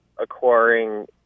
acquiring